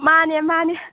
ꯃꯥꯅꯦ ꯃꯥꯅꯦ